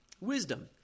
wisdom